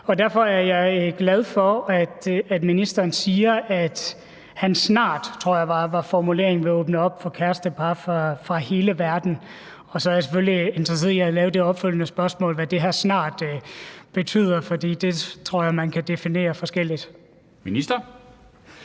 Derfor er jeg glad for, at ministeren siger, at han snart – det tror jeg var formuleringen – vil åbne op for kærestepar fra hele verden. Og så er jeg selvfølgelig interesseret i at stille et opfølgende spørgsmål om, hvad det her »snart« betyder, for det tror jeg man kan definere forskelligt. Kl.